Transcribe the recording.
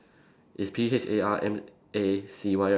is P H A R M A C Y right